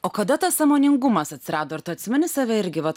o kada tas sąmoningumas atsirado ar tu atsimeni save irgi vat